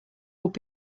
would